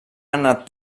anat